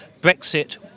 Brexit